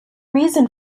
reason